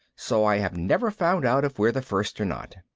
so i have never found out if we're the first or not.